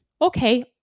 Okay